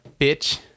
bitch